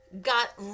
got